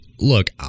Look